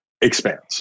expands